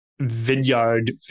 vineyard